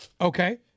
Okay